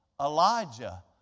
Elijah